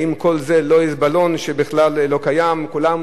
האם כל זה בכלל לא בלון שלא קיים בכלל,